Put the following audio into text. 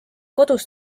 kodus